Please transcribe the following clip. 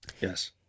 Yes